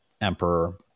emperor